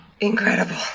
incredible